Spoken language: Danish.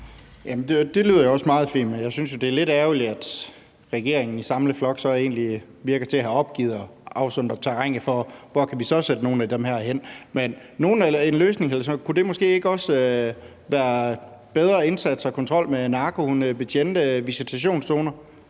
Det lyder da også meget fint, men jeg synes jo, at det er lidt ærgerligt, at regeringen i samlet flok egentlig lyder til at have opgivet at afsøge terrænet for, hvor kan vi så sætte nogle af dem her hen. Men kunne en løsning måske ikke også være bedre indsatser, kontrol med narkohunde og betjente og visitationszoner?